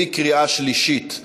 בקריאה שלישית.